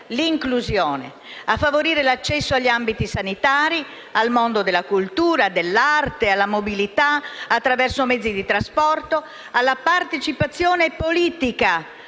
l'inclusione e a favorire l'accesso agli ambiti sanitari, al mondo della cultura, dell'arte e alla mobilità, attraverso mezzi di trasporto, e alla partecipazione politica.